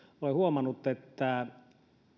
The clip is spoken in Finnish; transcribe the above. olen huomannut että